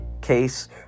case